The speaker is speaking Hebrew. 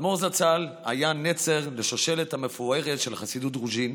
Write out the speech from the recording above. האדמו"ר זצ"ל היה נצר לשושלת המפוארת של חסידות רוז'ין.